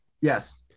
Yes